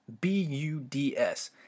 B-U-D-S